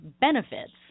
benefits